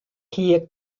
hie